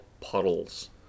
puddles